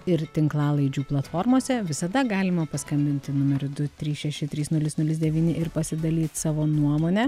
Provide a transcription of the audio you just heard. ir tinklalaidžių platformose visada galima paskambinti numeriu du trys šeši trys nulis nulis devyni ir pasidalyt savo nuomone